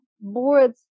boards